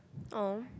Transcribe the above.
!aww!